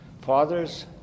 Fathers